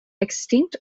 extinct